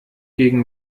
gegen